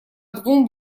двум